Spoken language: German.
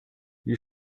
wie